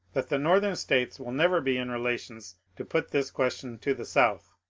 that the north em states will never be in relations to put this question to the south,